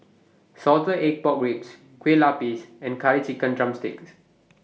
Salted Egg Pork Ribs Kue Lupis and Curry Chicken drumsticks